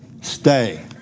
Stay